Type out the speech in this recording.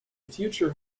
future